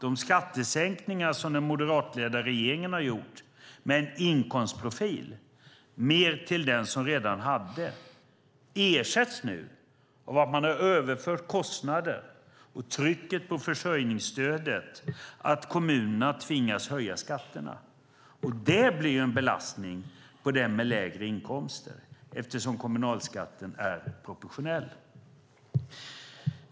De skattesänkningar med en inkomstprofil som den moderatledda regeringen har gjort, mer till den som redan hade, ersätts nu av att man överför kostnader där trycket på försörjningsstödet ökar. Det innebär att kommunerna tvingas höja skatterna. Det blir en belastning för den med lägre inkomster eftersom kommunalskatten är proportionell.